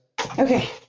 Okay